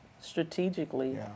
strategically